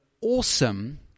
awesome